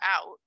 out